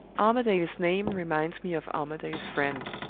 armadale's name reminds me of armadale's friend.